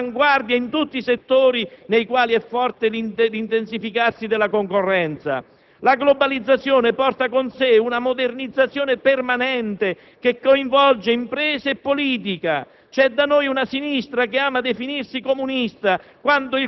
La globalizzazione, cari amici, ci costringe ad essere all'avanguardia in tutti i settori nei quali è forte l'intensificarsi della concorrenza. La globalizzazione porta con sé una modernizzazione permanente, che coinvolge imprese e politica.